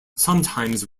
sometimes